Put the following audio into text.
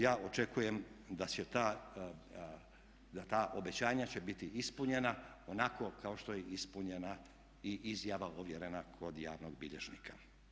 Ja očekujem da će ta, da ta obećanja će biti ispunjena onako kao što je ispunjena i izjava ovjerena kod javnog bilježnika.